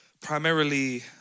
primarily